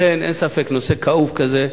לכן אין ספק, נושא כאוב כזה,